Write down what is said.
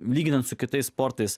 lyginant su kitais sportais